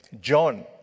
John